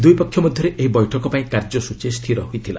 ଦୁଇ ପକ୍ଷ ମଧ୍ୟରେ ଏହି ବୈଠକ ପାଇଁ କାର୍ଯ୍ୟସୂଚୀ ସ୍ଥିର ହୋଇଥିଲା